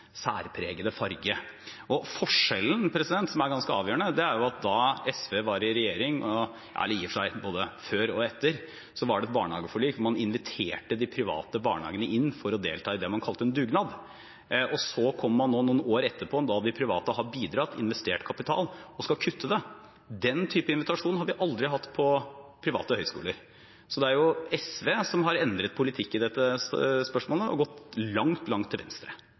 særpregede farge. Forskjellen, som er ganske avgjørende, er at da SV var i regjering – i og for seg både før og etter – var det et barnehageforlik, hvor man inviterte de private barnehagene inn for å delta i det man kalte en dugnad. Noen år etterpå, da de private hadde bidratt og investert kapital, kommer man og skal kutte. Den type invitasjon har vi aldri hatt til private høyskoler. Det er SV som har endret politikk i dette spørsmålet og gått langt, langt til venstre.